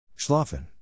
Schlafen